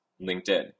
LinkedIn